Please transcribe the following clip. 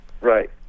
Right